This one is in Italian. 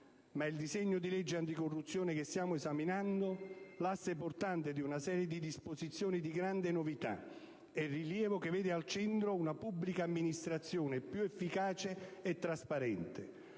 Ma è il disegno di legge anticorruzione che stiamo esaminando l'asse portante di una serie di disposizioni di grande novità e rilievo che vede al centro una pubblica amministrazione più efficace e trasparente.